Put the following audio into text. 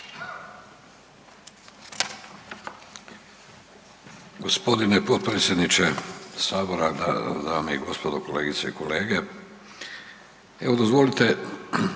g. Potpredsjedniče sabora, dame i gospodo, kolegice i kolege. Evo dozvolite